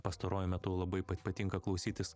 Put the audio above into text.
pastaruoju metu labai patinka klausytis